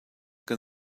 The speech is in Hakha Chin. kan